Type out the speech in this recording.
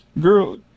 Girl